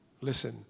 listen